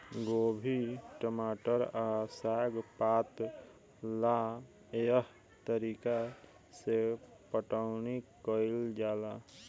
गोभी, टमाटर आ साग पात ला एह तरीका से पटाउनी कईल जाला